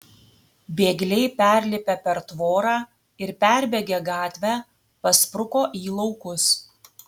bėgliai perlipę per tvorą ir perbėgę gatvę paspruko į laukus